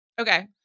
Okay